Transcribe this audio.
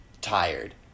tired